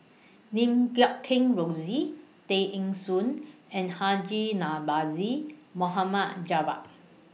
Lim Guat Kheng Rosie Tay Eng Soon and Haji Namazie Mohama Javad